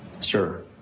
Sure